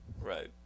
Right